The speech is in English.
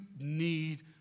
need